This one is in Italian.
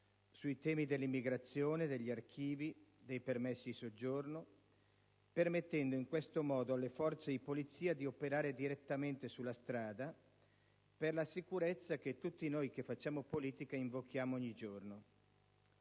sui temi dell'immigrazione, degli archivi, dei permessi di soggiorno, permettendo in questo modo alle forze di polizia di operare direttamente sulla strada per la sicurezza che tutti noi che facciamo politica invochiamo ogni giorno.